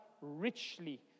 richly